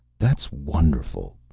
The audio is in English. that's wonderful,